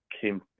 came